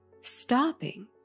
stopping